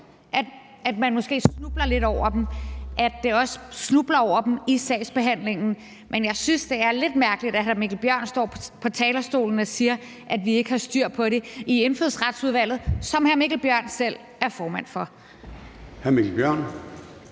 at man måske snubler lidt over dem, og at de også snubler over dem i sagsbehandlingen. Men jeg synes, det er lidt mærkeligt, at hr. Mikkel Bjørn står på talerstolen og siger, at vi ikke har styr på det i Indfødsretsudvalget, som hr. Mikkel Bjørn selv er formand for.